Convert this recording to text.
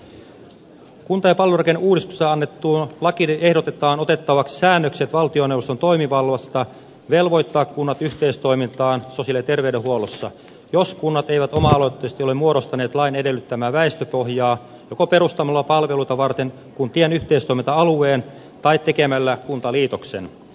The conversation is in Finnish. kunta ja palvelurakenneuudistuksesta annettuun lakiin ehdotetaan otettavaksi säännökset valtioneuvoston toimivallasta velvoittaa kunnat yhteistoimintaan sosiaali ja ter veydenhuollossa jos kunnat eivät oma aloitteisesti ole muodostaneet lain edellyttämää väestöpohjaa joko perustamalla palveluita varten kun tien yhteistoiminta alueen tai tekemällä kuntaliitoksen